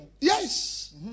Yes